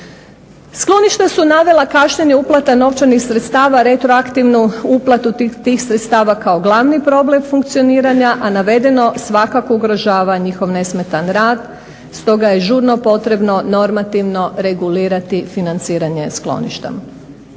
Skloništa su navela kašnjenje uplata novčanih sredstava, retroaktivnu uplatu tih sredstava kao glavni problem funkcioniranja, a navedeno svakako ugrožava njihov nesmetan rad. Stoga je žurno potrebno normativno regulirati financiranje skloništa.